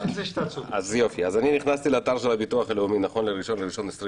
אז אני נכנסתי לאתר של הביטוח הלאומי נכון ל-1.1.2020